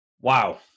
Wow